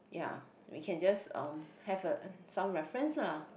ya we can just um have a some reference lah